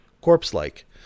corpse-like